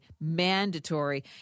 mandatory